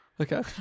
Okay